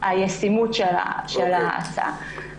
הישימות של ההצעה.